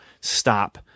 stop